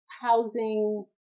housing